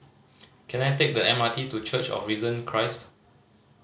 can I take the M R T to Church of Risen Christ